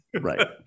Right